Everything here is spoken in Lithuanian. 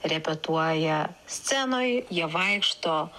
repetuoja scenoj jie vaikšto